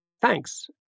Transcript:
Thanks